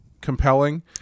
compelling